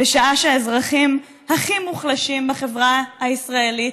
בשעה שהאזרחים הכי מוחלשים בחברה הישראלית